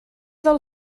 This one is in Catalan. del